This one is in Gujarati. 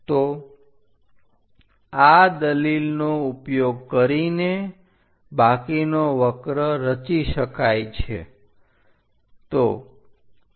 તો આ દલીલનો ઉપયોગ કરીને બાકીનો વક્ર રચી શકાય છે